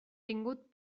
tingut